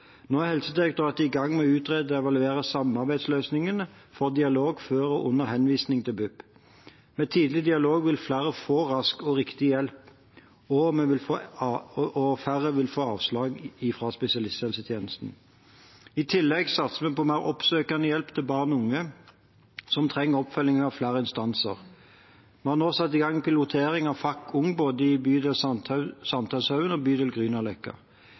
Nå er Helsedirektoratet i gang med å utrede og evaluere samarbeidsløsningene for dialog før og under henvisning til BUP. Med tidlig dialog vil flere få rask og riktig hjelp, og færre vil få avslag fra spesialisthelsetjenesten. I tillegg satser vi på mer oppsøkende hjelp til barn og unge som trenger oppfølging av flere instanser. Vi har nå satt i gang pilotering av FACT ung både i bydel St. Hanshaugen og i bydel